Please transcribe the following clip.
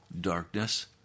darkness